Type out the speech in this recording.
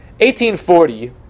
1840